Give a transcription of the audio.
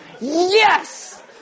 Yes